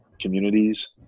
communities